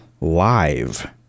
live